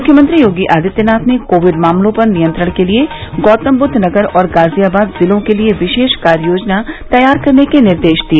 मुख्यमंत्री योगी आदित्यनाथ ने कोविड मामलों पर नियंत्रण के लिए गौतमबुद्वनगर और गाजियाबाद जिलों के लिए विशेष कार्य योजना तैयार के निर्देश दिए